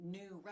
new